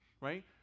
right